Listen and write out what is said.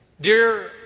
Dear